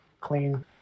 clean